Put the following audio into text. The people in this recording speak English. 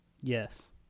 Yes